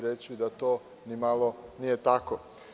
Reći ću da to ni malo nije tako.